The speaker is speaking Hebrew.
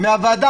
מהוועדה